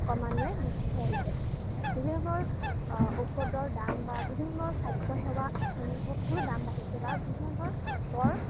ক্ৰমান্বয়ে বৃদ্ধি হৈ আহিছে বিভিন্ন ধৰণৰ ঔষধৰ দাম বা যিকোনো ধৰণৰ স্বাস্থ্যসেৱা আঁচনি সকলো দাম বাঢ়িছে বা বিভিন্ন ধৰণৰ কৰ